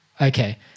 Okay